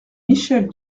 michèle